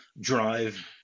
drive